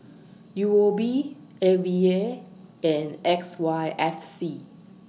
U O B A V A and X Y F C